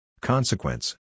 Consequence